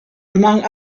among